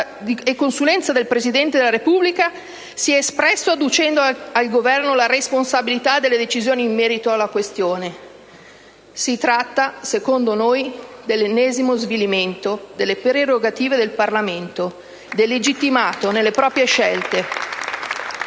e consulenza del Presidente della Repubblica, si è espresso attribuendo al Governo la responsabilità delle decisioni in merito alla questione. Si tratta, secondo noi, dell'ennesimo svilimento delle prerogative del Parlamento, delegittimato nelle proprie scelte